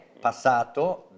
passato